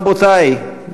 רבותי,